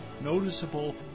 noticeable